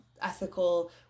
ethical